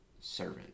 servant